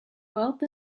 wealth